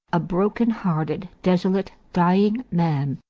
a broken hearted, desolate, dying man,